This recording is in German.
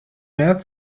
mehr